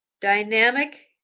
dynamic